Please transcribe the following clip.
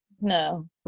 no